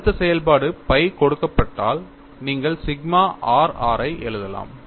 அழுத்த செயல்பாடு phi கொடுக்கப்பட்டால் நீங்கள் சிக்மா r r ஐ எழுதலாம்